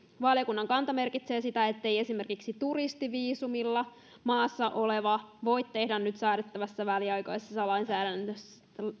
valiokunnan kanta merkitsee sitä ettei esimerkiksi turistiviisumilla maassa oleva voi tehdä nyt säädettävässä väliaikaisessa lainsäädännössä